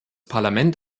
parlament